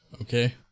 Okay